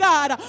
God